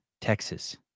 Texas